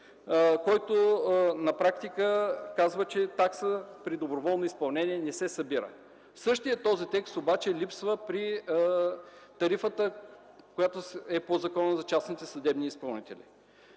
изпълнители и казва, че такса при доброволно изпълнение не се събира. Същият този текст, обаче, липсва при тарифата, която е по Закона за частните съдебни изпълнители.